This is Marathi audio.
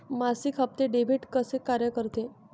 मासिक हप्ते, डेबिट कसे कार्य करते